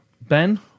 Ben